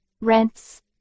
rents